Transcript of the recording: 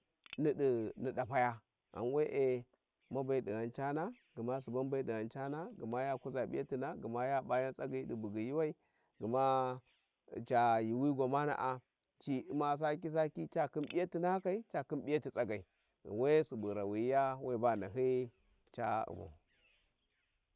Nidi-ni dakya ghan we`e mabe dighan Cana gma Suban be dighan cana gma ya kuza p`yahina gma ya pa yan tsagyi di bugyi Yuuwai gma ya p'a yan tsagyi di bugyi yuuwai gma ca yuuwi gwamana a ci u`ma saki- saki ca khin p`ijatina kai ca khin p`iyati tsagai ghan we Subu rawiyiya weba nahyi, ca u`mau